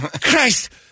Christ